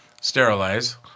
Sterilize